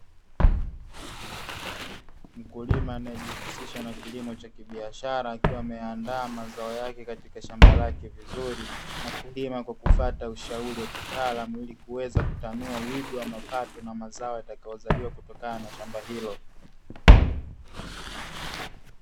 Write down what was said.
Mkulima anaejihusisha na kilimo cha kibiashara, akiwa ameandaa mazao yake vizuri, na kulima kwa kufuata ushauri wa kitaalamu, ili kuweza kutanua wigo wa mapato yatakayozaliwa kutokana na shamba hilo.